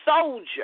soldier